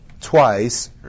twice